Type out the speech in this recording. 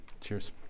Cheers